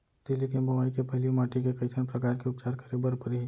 तिलि के बोआई के पहिली माटी के कइसन प्रकार के उपचार करे बर परही?